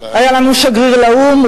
היה לנו שגריר לאו"ם,